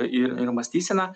ir ir mąstysena